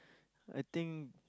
I think